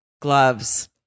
Gloves